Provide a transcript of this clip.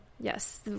yes